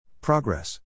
Progress